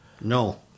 No